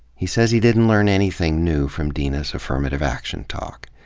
he says he didn't learn anything new from deena's affirmative action talk.